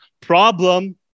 problem